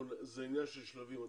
זה עניין של שלבים.